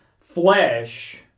flesh